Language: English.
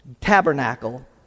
tabernacle